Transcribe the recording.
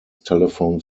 telephone